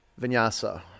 vinyasa